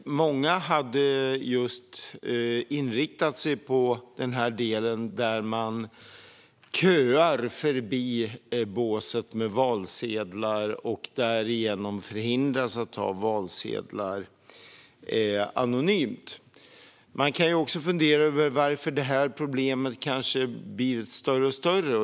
Väldigt många hade just inriktat sig på den del som handlar om att man köar förbi båset med valsedlar och därigenom förhindras att ta valsedlar anonymt. Man kan fundera över varför detta problem kanske blir större och större.